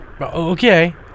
Okay